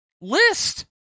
list